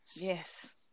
Yes